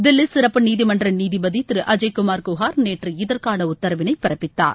தில்லி சிறப்பு நீதிமன்ற நீதிபதி திரு அஜய்குமார் குஹார் நேற்று இதற்கான உத்தரவிளை பிறப்பித்தார்